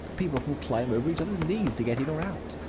people can climb over each other's knees to get in or out.